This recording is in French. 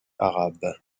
arabes